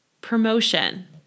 Promotion